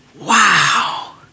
Wow